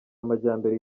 amajyambere